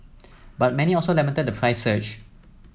but many also lamented the price surge